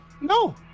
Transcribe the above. No